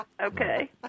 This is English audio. Okay